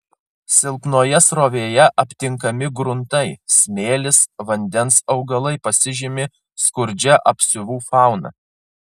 silpnoje srovėje aptinkami gruntai smėlis vandens augalai pasižymi skurdžia apsiuvų fauna